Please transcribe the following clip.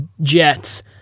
Jets